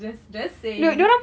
just just saying